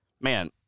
man